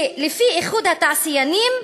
לפי איחוד התעשיינים,